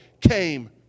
came